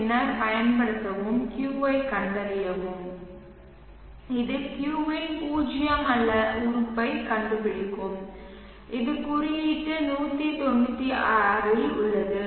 பின்னர் பயன்படுத்தவும் Q ஐக் கண்டறியவும் இது Q இன் பூஜ்ஜியம் அல்ல உறுப்பைக் கண்டுபிடிக்கும் இது குறியீட்டு 196 இல் உள்ளது